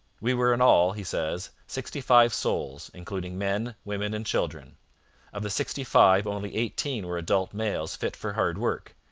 we were in all he says, sixty-five souls, including men, women, and children of the sixty-five only eighteen were adult males fit for hard work,